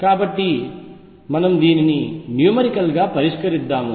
కాబట్టి మనము దీనిని న్యూమెరికల్ గా పరిష్కరిద్దాము